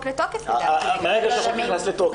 לתוקף אולי --- מרגע שהחוק נכנס לתוקף.